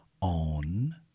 on